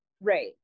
Right